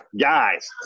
Guys